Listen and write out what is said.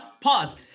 pause